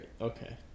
Okay